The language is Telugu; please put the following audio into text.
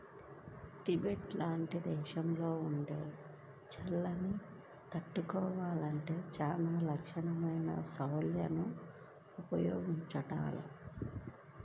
టిబెట్ లాంటి దేశాల్లో ఉండే చలిని తట్టుకోవాలంటే చానా నాణ్యమైన శాల్వాలను ఉపయోగించాలంట